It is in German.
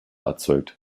erzeugt